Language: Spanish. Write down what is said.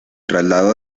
traslado